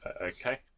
Okay